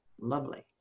lovely